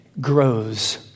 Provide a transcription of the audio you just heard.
grows